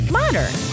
modern